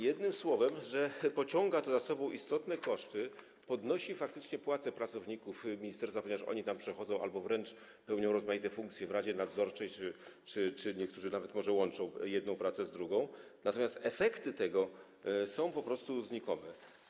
Jednym słowem, pociąga to za sobą istotne koszty, podnosi faktycznie płace pracowników ministerstwa, ponieważ oni tam przechodzą albo wręcz pełnią rozmaite funkcje w radzie nadzorczej, a niektórzy nawet może łączą jedną pracę z drugą, natomiast efekty tego są po postu znikome.